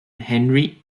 henry